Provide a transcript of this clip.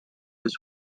his